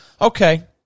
okay